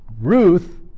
Ruth